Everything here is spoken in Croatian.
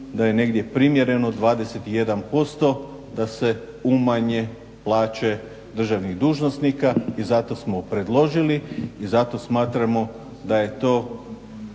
da je negdje primjereno 21% da se umanje plaće državnih dužnosnika i zato smo predložili i zato smatramo da je to